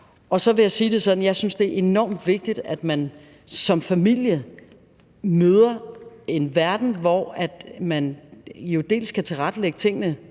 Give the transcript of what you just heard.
jeg synes, det er enormt vigtigt, at man som familie møder en verden, hvor man kan tilrettelægge tingene.